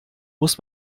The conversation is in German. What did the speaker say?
muss